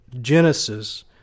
Genesis